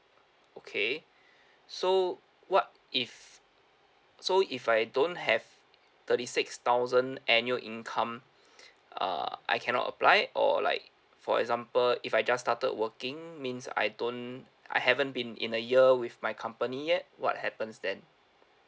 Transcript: okay so what if so if I don't have thirty six thousand annual income uh I cannot apply or like for example if I just started working means I don't I haven't been in a year with my company yet what happens then